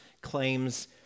claims